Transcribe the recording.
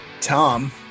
Tom